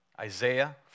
Isaiah